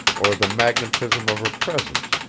or the magnetism of her presence,